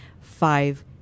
five